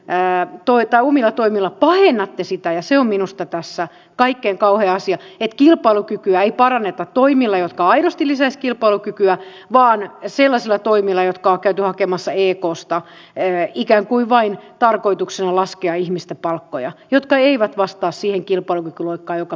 mutta te omilla toimillanne pahennatte sitä ja se on minusta tässä kaikkein kauhein asia että kilpailukykyä ei paranneta toimilla jotka aidosti lisäisivät kilpailukykyä vaan sellaisilla toimilla jotka on käyty hakemassa eksta ikään kuin vain tarkoituksena laskea ihmisten palkkoja jotka eivät vastaa siihen kilpailukykyloikkaan joka pitäisi tehdä